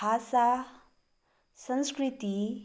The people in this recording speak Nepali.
भाषा संस्कृति